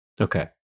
okay